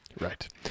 Right